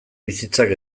bizitzak